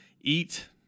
eat